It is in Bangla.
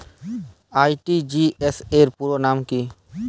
আর.টি.জি.এস র পুরো নাম কি?